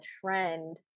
trend